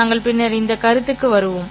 நாங்கள் பின்னர் இந்த கருத்துக்கு வருவோம்